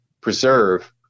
preserve